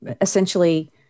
essentially